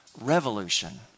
revolution